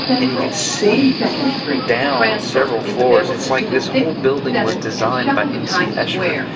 and you can see down several floors. it's like this whole building was designed by m c escher.